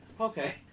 okay